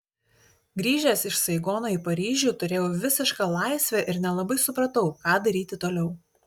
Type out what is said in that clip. grįžęs iš saigono į paryžių turėjau visišką laisvę ir nelabai supratau ką daryti toliau